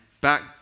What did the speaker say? back